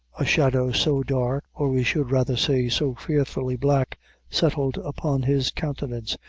a shadow so dark or we should rather say, so fearfully black settled upon his countenance,